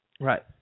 Right